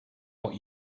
what